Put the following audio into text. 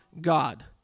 God